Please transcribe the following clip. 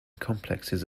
complexes